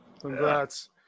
Congrats